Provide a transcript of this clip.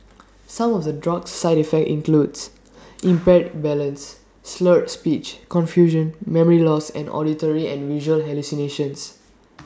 some of the drug's side effects include impaired balance slurred speech confusion memory loss and auditory and visual hallucinations